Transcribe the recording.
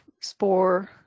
spore